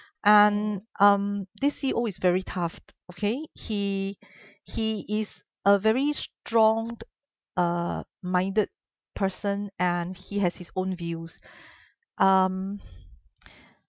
and um this C_E_O is very tough okay he he is a very strong uh minded person and he has his own views um